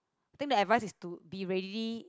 think the advise is to be ready